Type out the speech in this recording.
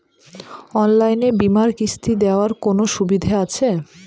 অনলাইনে বীমার কিস্তি দেওয়ার কোন সুবিধে আছে?